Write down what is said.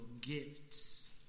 gifts